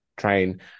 train